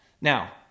Now